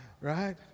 right